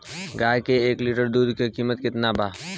गाय के एक लीटर दुध के कीमत केतना बा?